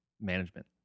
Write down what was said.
management